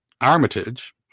Armitage